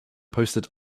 posted